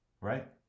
right